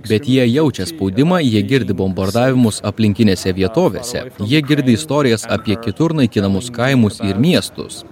bet jie jaučia spaudimą jie girdi bombardavimus aplinkinėse vietovėse jie girdi istorijas apie kitur naikinamus kaimus ir miestus